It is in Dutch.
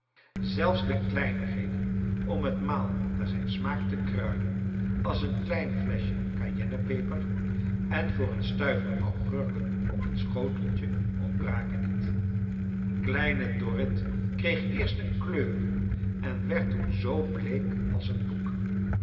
zelfs de kleinigbeden om het maal naar zijn smaak te kruiden als een klein fleschje cayennepeper en voor een stuiver augurken op een schoteltje ontbraken niet kleine dorrit kreeg eerst een kleur en werd toen zoo bleek a ls een doek